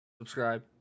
Subscribe